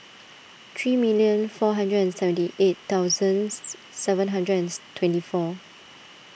three million four hundred and seventy eight thousands seven hundred and twenty four